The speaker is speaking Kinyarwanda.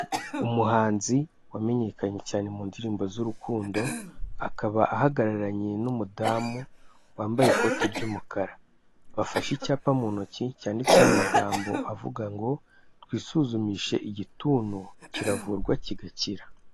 Umuhanzi wamenyekanye cyane mu ndirimbo z'urukundo, akaba ahagararanye n'umudamu wambaye ikote ry'umukara, bafashe icyapa mu ntoki cyanditseho amagambo avuga ngo ''Twisuzumishe igituntu kiravurwa kigakira.''